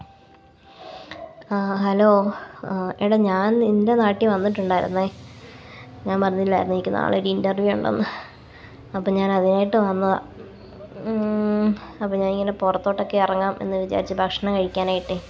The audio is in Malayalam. ആ ഹലോ എടാ ഞാൻ നിൻ്റെ നാട്ടിൽ വന്നിട്ടുണ്ടായിരുന്നു ഞാൻ പറഞ്ഞില്ലായിരുന്നോ എനിക്ക് നാളെയൊരു ഇൻ്റർവ്യു ഉണ്ടെന്ന് അപ്പം ഞാൻ അതിനായിട്ട് വന്നതാണ് അപ്പം ഞാനിങ്ങനെ പുറത്തോട്ടൊക്കെ ഇറങ്ങാം എന്ന് വിചാരിച്ച് ഭക്ഷണം കഴിക്കാനായിട്ടൊക്കെ